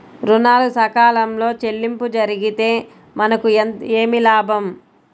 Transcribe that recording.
ఋణాలు సకాలంలో చెల్లింపు జరిగితే మనకు ఏమి లాభం?